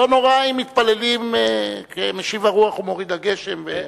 לא נורא אם מתפללים "משיב הרוח ומוריד הגשם".